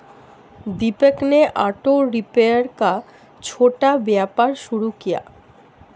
दीपक ने auto repair का छोटा व्यापार शुरू किया